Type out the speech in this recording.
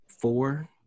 four